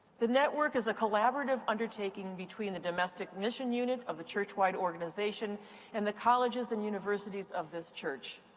the network is a collaborative undertaking between the domestic mission unit of the churchwide organization and the colleges and universities of this church.